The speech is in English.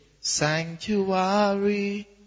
Sanctuary